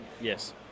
Yes